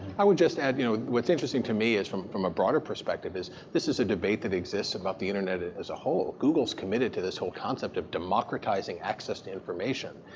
i would just add you know what's interesting to me is from from a broader perspective, this is a debate that exists about the internet as a whole. google is committed to this whole concept of democratizing access to information.